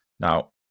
Now